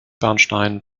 bernstein